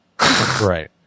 Right